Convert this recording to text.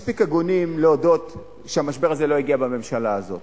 מספיק הגונים להודות שהמשבר הזה לא הגיע בממשלה הזאת.